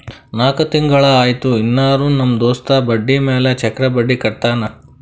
ನಾಕ್ ತಿಂಗುಳ ಆಯ್ತು ಇನ್ನಾನೂ ನಮ್ ದೋಸ್ತ ಬಡ್ಡಿ ಮ್ಯಾಲ ಚಕ್ರ ಬಡ್ಡಿ ಕಟ್ಟತಾನ್